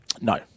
No